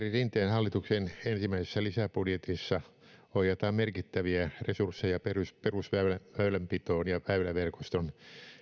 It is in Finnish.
hallituksen ensimmäisessä lisäbudjetissa ohjataan merkittäviä resursseja perusväylänpitoon ja väyläverkoston